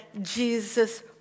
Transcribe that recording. Jesus